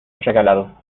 regalado